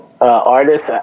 artist